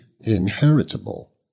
inheritable